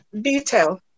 detail